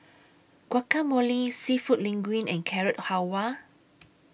Guacamole Seafood Linguine and Carrot Halwa